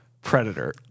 Predator